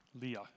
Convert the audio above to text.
Leah